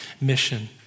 mission